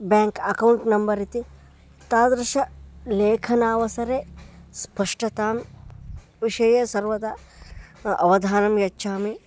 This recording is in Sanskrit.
ब्याङ्क् अकौण्ट् नम्बर् इति तादृशलेखनावसरे स्पष्टतां विषये सर्वदा अवधानं यच्छामि